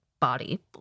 body